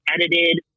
edited